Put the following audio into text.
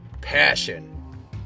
passion